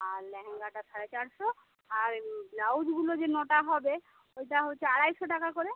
আর লেহেঙ্গাটা সাড়ে চারশো আর ব্লাউজগুলো যে নটা হবে ওইটা হচ্ছে আড়াইশো টাকা করে